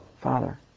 Father